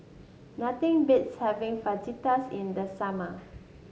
nothing beats having Fajitas in the summer